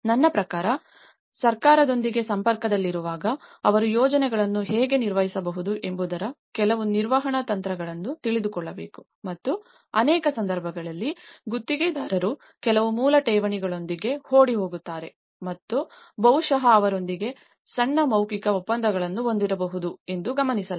ನನ್ನ ಪ್ರಕಾರ ಸರ್ಕಾರದೊಂದಿಗೆ ಸಂಪರ್ಕದಲ್ಲಿರುವಾಗ ಅವರು ಯೋಜನೆಗಳನ್ನು ಹೇಗೆ ನಿರ್ವಹಿಸಬಹುದು ಎಂಬುದರ ಕೆಲವು ನಿರ್ವಹಣಾ ತಂತ್ರಗಳನ್ನು ತಿಳಿದುಕೊಳ್ಳಬೇಕು ಮತ್ತು ಅನೇಕ ಸಂದರ್ಭಗಳಲ್ಲಿ ಗುತ್ತಿಗೆದಾರರು ಕೆಲವು ಮೂಲ ಠೇವಣಿಗಳೊಂದಿಗೆ ಓಡಿಹೋಗುತ್ತಾರೆ ಮತ್ತು ಬಹುಶಃ ಅವರೊಂದಿಗೆ ಸಣ್ಣ ಮೌಖಿಕ ಒಪ್ಪಂದಗಳನ್ನು ಹೊಂದಿರಬಹುದು ಎಂದು ಗಮನಿಸಲಾಗಿದೆ